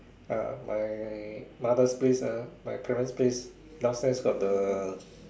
uh my mother's place ah my parent's place downstairs got the